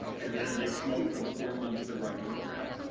and then they smoke for the four months they're writing the draft,